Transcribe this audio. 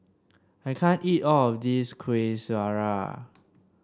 I can't eat all of this Kuih Syara